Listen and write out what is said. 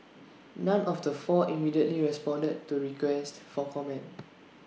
none of the four immediately responded to requests for comment